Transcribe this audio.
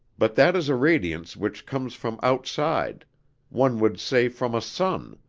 but that is a radiance which comes from outside one would say from a sun,